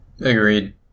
Agreed